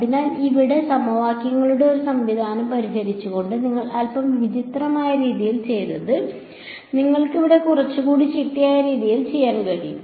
അതിനാൽ ഇവിടെ സമവാക്യങ്ങളുടെ ഒരു സംവിധാനം പരിഹരിച്ചുകൊണ്ട് നിങ്ങൾ അൽപ്പം വിചിത്രമായ രീതിയിൽ ചെയ്തത് നിങ്ങൾക്ക് ഇവിടെ കുറച്ചുകൂടി ചിട്ടയായ രീതിയിൽ ചെയ്യാൻ കഴിയും